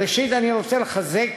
ראשית, אני רוצה לחזק